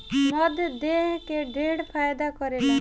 मध देह के ढेर फायदा करेला